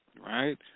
right